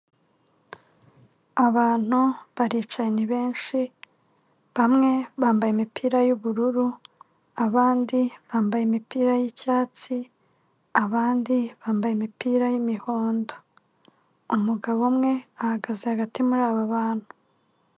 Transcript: Abantu baricaye benshi bamwe bambaye imipira y'ubururu, abandi bambaye imipira y'icyatsi, abandi bambaye imipira y'umuhondo. Umugabo umwe ahagaze hagati muri abo bantu.